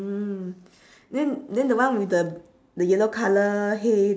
mm then then the one with the the yellow colour hay